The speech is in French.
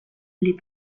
les